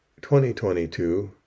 2022